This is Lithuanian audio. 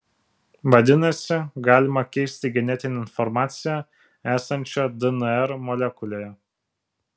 vadinasi galima keisti genetinę informaciją esančią dnr molekulėje